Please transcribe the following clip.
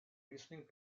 listening